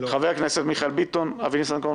חבר הכנסת מיכאל ביטון, חבר הכנסת ניסנקורן,